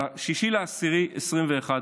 ב-6 באוקטובר 2021,